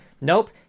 Nope